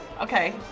Okay